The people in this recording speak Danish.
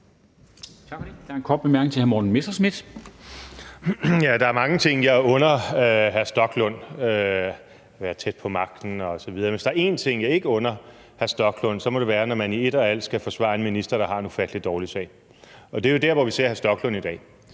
tæt på magten osv. – men hvis der er én ting, jeg ikke under hr. Rasmus Stoklund, må det være, at man i ét og alt skal forvare en minister, der har en ufattelig dårlig sag. Og det er jo der, hvor vi ser hr. Rasmus Stoklund i dag,